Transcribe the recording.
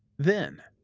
then,